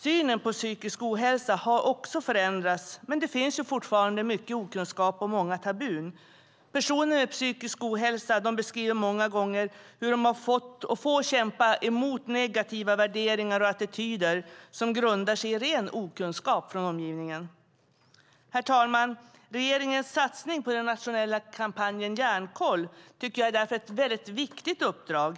Synen på psykisk ohälsa har också förändrats, men det finns fortfarande mycket okunskap och många tabun. Personer med psykisk ohälsa beskriver många gånger hur de har fått och får kämpa emot negativa värderingar och attityder som grundar sig i ren okunskap från omgivningen. Herr talman! Regeringens satsning på den nationella kampanjen Hjärnkoll är därför ett mycket viktigt uppdrag.